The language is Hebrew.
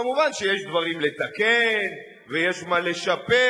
מובן שיש דברים לתקן ויש מה לשפר,